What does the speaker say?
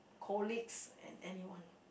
colleagues and anyone